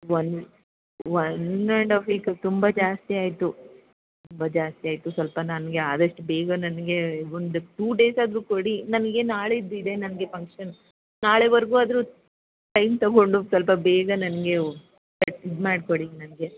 one one and half week ತುಂಬ ಜಾಸ್ತಿ ಆಯ್ತು ತುಂಬ ಜಾಸ್ತಿ ಆಯ್ತು ಸ್ವಲ್ಪ ನನಗೆ ಆದಷ್ಟು ಬೇಗ ನನಗೆ ಒಂದು ಟು ಡೇಸ್ ಆದರೂ ಕೊಡಿ ನನಗೆ ನಾಡಿದ್ದು ಇದೆ ನನಗೆ ಫಂಕ್ಷನ್ ನಾಳೆವರೆಗು ಆದರೂ ಟೈಮ್ ತೊಗೊಂಡು ಸ್ವಲ್ಪ ಬೇಗ ನನಗೆ ಇದು ಮಾಡ್ಕೊಡಿ ನನ್ಗೆ